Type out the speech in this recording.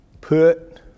Put